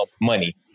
money